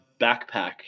backpack